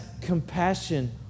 compassion